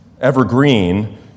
evergreen